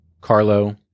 Carlo